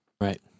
Right